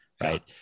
right